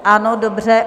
Ano, dobře.